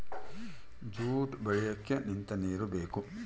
jute ಬೆಳಿಯಕ್ಕೆ ನಿಂತ ನೀರು ಬೇಕು